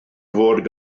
fod